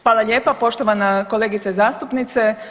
Hvala lijepa poštovana kolegice zastupnice.